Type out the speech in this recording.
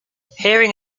hearing